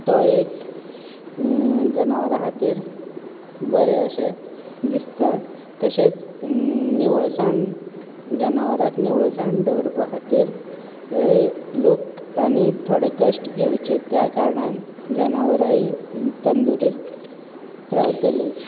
तळयेक जनावरा खातीर बरें अशें दिसता तशेंच निवळसाण जनावरांक निवळसाण दवरुपा खातीर लोक आनी थोडे कश्ट घेवचे त्या कारणान जनावरां हीं तंदुरुस्त हें जातलीं